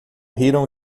riram